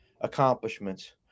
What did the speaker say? accomplishments